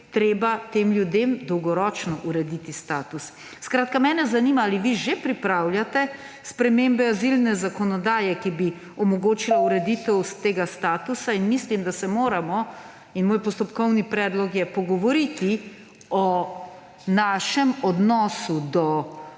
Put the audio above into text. treba tem ljudem dolgoročno urediti status. Skratka, mene zanima: Ali vi že pripravljate spremembe azilne zakonodaje, ki bi omogočile ureditev tega statusa? Mislim, da se moramo o tem pogovoriti. Moj postopkovni predlog je, pogovoriti o našem odnosu do